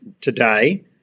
today